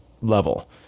level